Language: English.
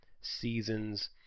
seasons